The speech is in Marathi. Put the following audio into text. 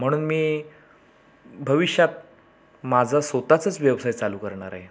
म्हणून मी भविष्यात माझं स्वत चाच व्यवसाय चालू करणार आहे